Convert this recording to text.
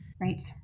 right